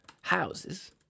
houses